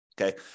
Okay